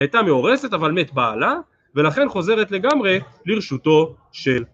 הייתה מאורסת אבל מת בעלה, ולכן חוזרת לגמרי לרשותו של